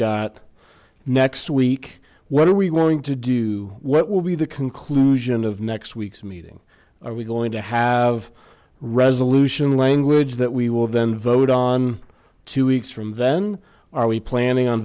got next week what are we going to do what will be the conclusion of next week's meeting are we going to have resolution language that we will then vote on two weeks from then are we planning on